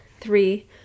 three